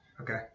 Okay